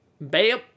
bam